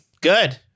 Good